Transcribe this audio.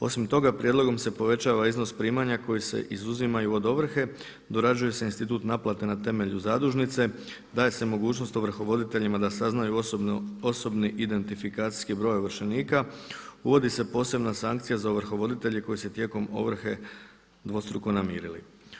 Osim toga prijedlogom se povećava iznos primanja koji se izuzimaju od ovrhe, dorađuje se institut naplate na temelju zadužnice, daje se mogućnost ovrhovoditeljima da saznaju OIB ovršenika, uvodi se posebna sankcija za ovrhovoditelje koji se tijekom ovrhe dvostruko namirili.